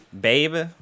baby